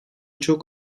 çok